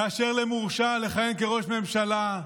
נאשר למורשע לכהן כראש ממשלה,